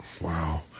Wow